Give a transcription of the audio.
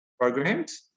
programs